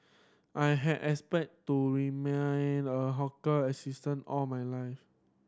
I had expect to remain a hawker assistant all my life